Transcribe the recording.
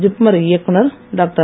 ஜிப்மர் இயக்குனர் டாக்டர்